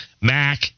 Mac